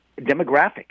demographic